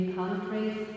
countries